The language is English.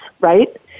right